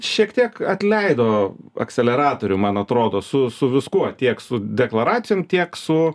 šiek tiek atleido akceleratorių man atrodo su su viskuo tiek su deklaracijom tiek su